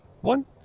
one